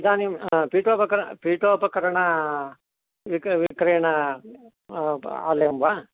इदानीं पीटोपकर् पीठोपकरणं विक्र् विक्रेणा आलयं वा